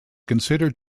considered